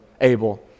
Abel